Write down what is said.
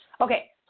Okay